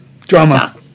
drama